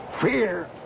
Fear